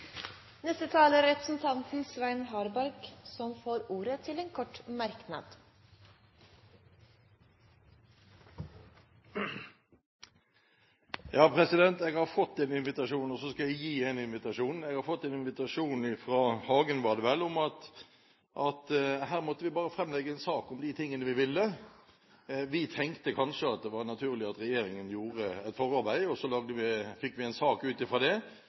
Representanten Svein Harberg har hatt ordet to ganger og får ordet til en kort merknad. Jeg har fått en invitasjon, og så skal jeg gi en invitasjon. Jeg har fått en invitasjon – fra Hagen, var det vel – om at her måtte vi bare framlegge en sak om de tingene vi ville. Vi tenkte kanskje at det var naturlig at regjeringen gjorde et forarbeid, og så fikk vi en sak ut fra det. Men jeg ser jo at det